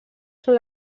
són